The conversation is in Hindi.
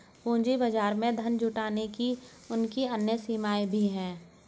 पूंजी बाजार में धन जुटाने की उनकी अन्य सीमाएँ भी हैं